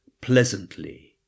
pleasantly